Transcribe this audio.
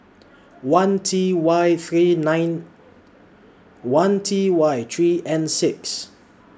one T Y three nine one T Y three N six